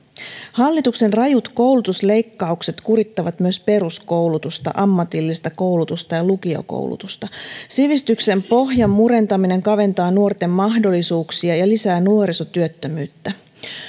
hallituksen rajut koulutusleikkaukset kurittavat myös peruskoulutusta ammatillista koulutusta ja lukiokoulutusta sivistyksen pohjan murentaminen kaventaa nuorten mahdollisuuksia ja lisää nuorisotyöttömyyttä